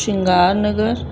Shringar Nagar